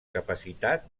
capacitat